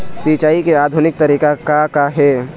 सिचाई के आधुनिक तरीका का का हे?